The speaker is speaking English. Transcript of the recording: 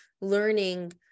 learning